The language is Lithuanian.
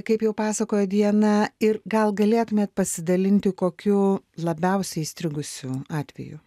kaip jau pasakojo diana ir gal galėtumėt pasidalinti kokiu labiausiai įstrigusiu atveju